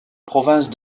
province